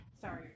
sorry